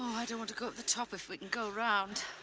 don't want to go up the top if we can go around.